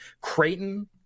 Creighton